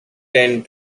tend